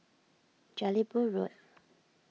Jelebu Road